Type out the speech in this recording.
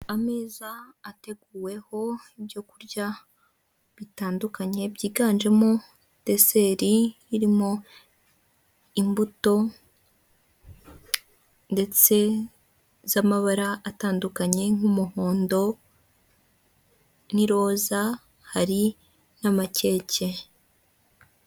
Ameza ateguweho ibyo kurya bitandukanye byiganjemo deseri irimo imbuto ndetse z'amabara atandukanye nk'umuhondo n'iroza hari n'amakeke.